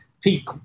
peak